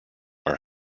are